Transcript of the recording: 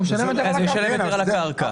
הוא משלם יותר על הקרקע.